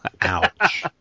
Ouch